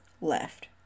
left